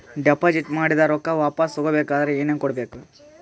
Deposit ಮಾಡಿದ ರೊಕ್ಕ ವಾಪಸ್ ತಗೊಬೇಕಾದ್ರ ಏನೇನು ಕೊಡಬೇಕು?